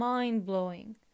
Mind-blowing